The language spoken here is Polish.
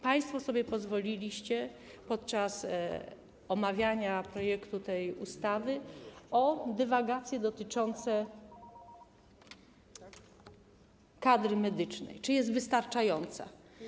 Państwo sobie pozwoliliście podczas omawiania tego projektu ustawy na dywagacje dotyczące kadry medycznej, czy jest wystarczająca.